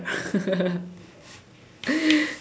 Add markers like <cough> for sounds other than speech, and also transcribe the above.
<laughs>